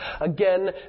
Again